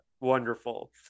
Wonderful